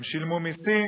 הם שילמו מסים,